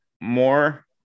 more